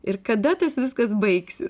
ir kada tas viskas baigsis